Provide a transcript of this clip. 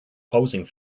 posing